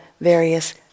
various